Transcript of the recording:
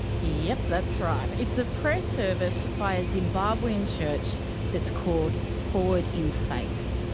yep that's right. it's a prayer service by a zimbabwean church that's called forward in faith.